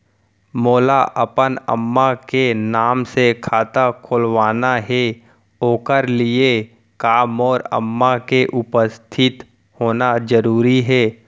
मोला अपन अम्मा के नाम से खाता खोलवाना हे ओखर लिए का मोर अम्मा के उपस्थित होना जरूरी हे?